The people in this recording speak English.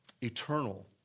eternal